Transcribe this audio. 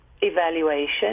evaluation